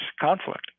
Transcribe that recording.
conflict